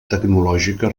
tecnològica